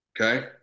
okay